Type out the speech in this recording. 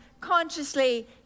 consciously